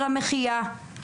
ומבחינת הזווית הכלכלית,